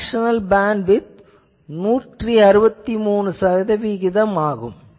fractional bandwidth 163 சதவிகிதம் ஆகும்